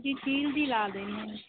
ਜੀ ਚੀਲ ਦੀ ਲਾ ਦੇਣੇ